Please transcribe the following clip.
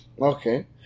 okay